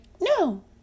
no